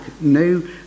No